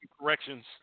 corrections